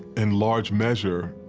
in large measure,